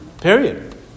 Period